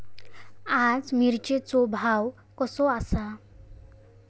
आज मिरचेचो भाव कसो आसा?